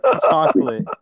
chocolate